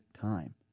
time